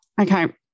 Okay